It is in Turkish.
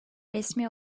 resmi